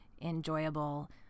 enjoyable